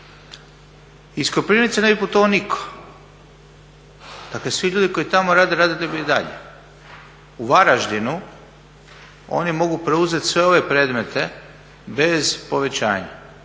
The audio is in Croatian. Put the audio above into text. Iz Koprivnice ne bi putovao nitko. Svi ljudi koji tamo rade, radili bi i dalje. U Varaždinu oni mogu preuzeti sve ove predmete bez povećanja,